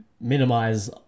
minimize